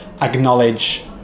acknowledge